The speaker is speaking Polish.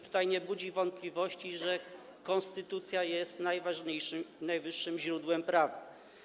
Tutaj nie budzi wątpliwości, że konstytucja jest najważniejszym i najwyższym źródłem prawa.